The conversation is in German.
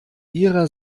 ihrer